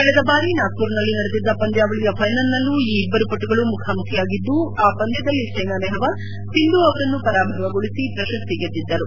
ಕಳೆದ ಬಾರಿ ನಾಗ್ಲುರ್ನಲ್ಲಿ ನಡೆದಿದ್ದ ಪಂದ್ಯಾವಳಿಯ ಫೈನಲ್ನಲ್ಲೂ ಈ ಇಬ್ಬರು ಪಟುಗಳು ಮುಖಾಮುಖಿಯಾಗಿದ್ದು ಆ ಪಂದ್ಯದಲ್ಲಿ ಸೈನಾ ನೆಪ್ವಾಲ್ ಸಿಂಧು ಅವರನ್ನು ಪರಾಭವಗೊಳಿಸಿ ಪ್ರಶಸ್ತಿ ಗೆದ್ದಿದ್ದರು